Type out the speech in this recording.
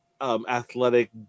Athletic